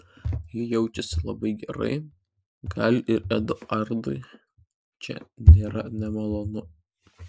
ji jaučiasi labai gerai gal ir eduardui čia nėra nemalonu